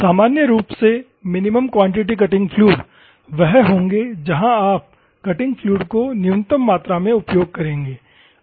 सामान्य रूप से मिनिमम क्वांटिटी कटिंग फ्लूइड वह होंगे जहां आप कटिंग फ्लूइड को न्यूनतम मात्रा में उपयोग करेंगे